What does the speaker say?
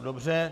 Dobře.